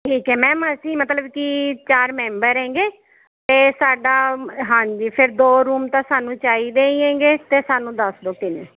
ਠੀਕ ਹੈ ਮੈਮ ਅਸੀਂ ਮਤਲਬ ਕੀ ਚਾਰ ਮੈਂਬਰ ਹੈਗੇਂ ਅਤੇ ਸਾਡਾ ਹਾਂਜੀ ਫਿਰ ਦੋ ਰੂਮ ਤਾਂ ਸਾਨੂੰ ਚਾਹੀਦੇ ਹੀ ਹੈਗੇਂ ਅਤੇ ਸਾਨੂੰ ਦੱਸ ਦੋ ਕਿਵੇਂ